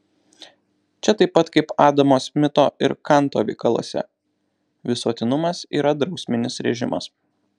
čia taip pat kaip adamo smito ir kanto veikaluose visuotinumas yra drausminis režimas